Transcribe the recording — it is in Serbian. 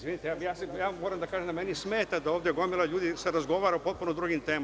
Izvinite, ali ja moram da kažem da meni smeta da ovde gomila ljudi razgovara o potpuno drugim temama.